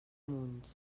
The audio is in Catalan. munts